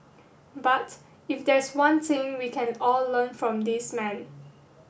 but if there's one thing we can all learn from this man